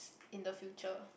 in the future